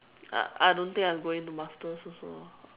I I don't think I'm going to masters also